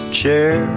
chair